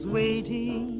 waiting